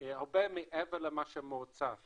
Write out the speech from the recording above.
הרבה מעבר למה שהמועצה מתעסקת.